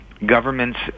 Governments